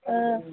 ம்